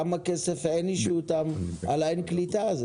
בכמה כסף הענישו אותם על שזה אין קליטה?